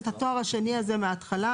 את התואר השני הזה מהתחלה,